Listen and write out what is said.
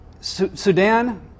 Sudan